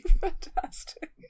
fantastic